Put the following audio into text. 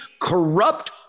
corrupt